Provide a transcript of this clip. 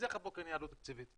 אז איך הבוקר נהייתה עלות תקציבית?